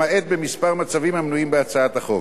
למעט במספר מצבים המנויים בהצעת החוק.